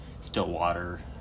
Stillwater